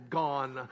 gone